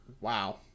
Wow